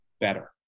better